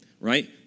right